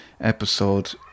episode